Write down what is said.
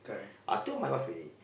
I told my wife already